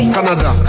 Canada